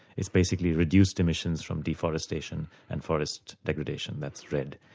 it's basically reduced emissions from deforestation and forest degradation, that's redd.